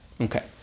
Okay